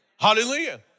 Hallelujah